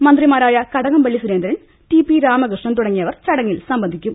മന്ത്രിമാരായ Kadakampally Surendran T P Ramakrishnan തുടങ്ങിയവർ ചടങ്ങിൽ സംബന്ധിക്കും